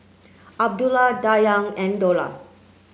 Abdullah Dayang and Dollah